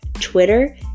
Twitter